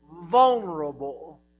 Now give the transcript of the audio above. vulnerable